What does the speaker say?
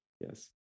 Yes